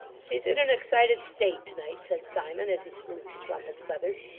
she's in an excited state to-night said simon, as he smoothed his rumpled feathers,